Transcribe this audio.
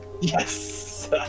Yes